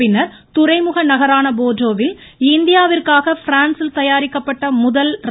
பின்னர் துறைமுக நகரான போர்டோவில் இந்தியாவிற்காக பிரான்சில் தயாரிக்கப்பட்ட முதல் ர